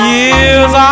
years